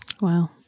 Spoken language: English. Wow